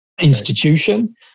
institution